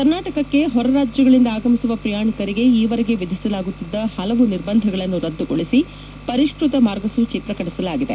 ಕರ್ನಾಟಕಕ್ಕೆ ಹೊರ ರಾಜ್ಯಗಳಿಂದ ಆಗಮಿಸುವ ಪ್ರಯಾಣಿಕರಿಗೆ ಈವರೆಗೆ ವಿಧಿಸಲಾಗುತ್ತಿದ್ದ ಪಲವು ನಿರ್ಬಂಧಗಳನ್ನು ರದ್ದುಗೊಳಿಸಿ ಪರಿಷ್ಟತ ಮಾರ್ಗಸೂಚಿ ಪ್ರಕಟಿಸಲಾಗಿದೆ